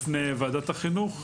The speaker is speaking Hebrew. בפני ועדת החינוך,